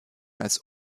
als